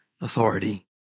authority